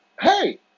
Hey